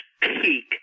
peak